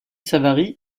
savary